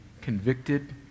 convicted